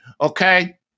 Okay